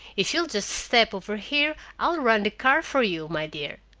if you'll just step over here, i'll run the car for you, my dear.